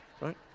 Right